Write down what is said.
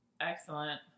Excellent